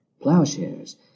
Plowshares